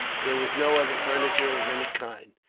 there was no other furniture, of any kind.